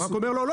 הבנק אומר לו לא,